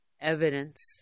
evidence